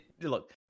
look